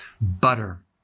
butter